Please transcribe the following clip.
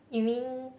you mean